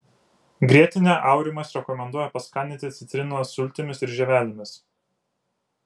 grietinę aurimas rekomenduoja paskaninti citrinos sultimis ir žievelėmis